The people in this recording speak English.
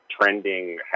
trending